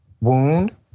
wound